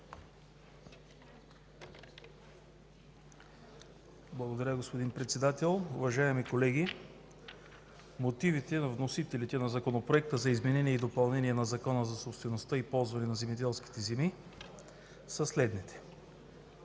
Уважаеми колеги, мотивите на вносителите на Законопроекта за изменение и допълнение на Закона за собствеността и ползването на земеделските земи са следните.